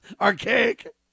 archaic